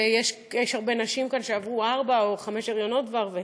ויש הרבה נשים כאן שעברו ארבעה או חמישה הריונות כבר,